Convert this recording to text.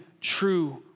true